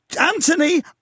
Anthony